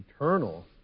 eternal